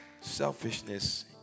Selfishness